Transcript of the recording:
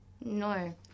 No